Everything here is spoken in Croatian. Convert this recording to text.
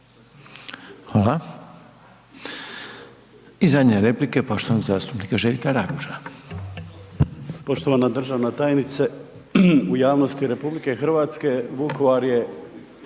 Hvala. I zadnje replike poštovanog zastupnika Željka Raguža.